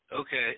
Okay